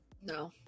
No